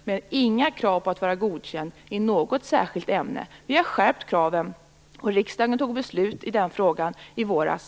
Men det ställdes inga krav på att man skulle vara godkänd i något särskilt ämne. Vi har skärpt kraven, och riksdagen tog beslut i den frågan i våras.